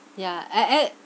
ya I I